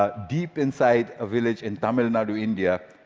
ah deep inside a village in tamil nadu, india,